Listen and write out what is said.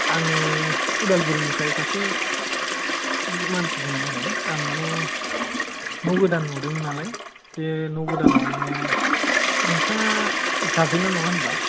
आङो उदालगुरिनिफ्राय सासे मानसि बुंनाय जादों आं माने न' गोदान लुदोंमोन नालाय बे न' गोदानाव माने नोंथाङा गार्डेनार नङा होम्बा